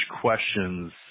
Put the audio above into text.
questions